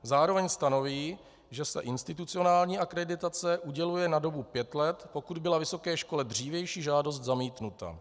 Zároveň stanoví, že se institucionální akreditace uděluje na dobu pět let, pokud byla vysoké škole dřívější žádost zamítnuta.